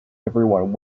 everyone